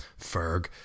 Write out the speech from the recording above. Ferg